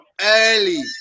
early